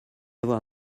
avoir